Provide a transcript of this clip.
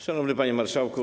Szanowny Panie Marszałku!